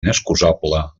inexcusable